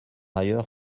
ailleurs